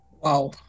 Wow